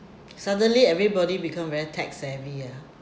suddenly everybody become very tech savvy ya